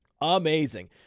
Amazing